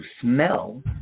smell